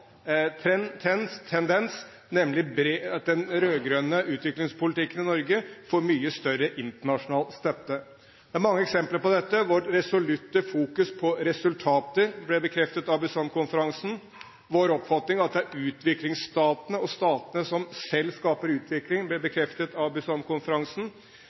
tendens, nemlig at den rød-grønne utviklingspolitikken i Norge får mye større internasjonal støtte. Det er mange eksempler på dette. Vår resolutte fokusering på resultater ble bekreftet av Busan-konferansen, vår oppfatning at det er utviklingsstatene og statene som selv skaper utvikling, ble